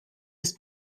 ist